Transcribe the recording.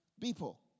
people